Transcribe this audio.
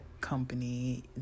company